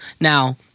now